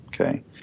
okay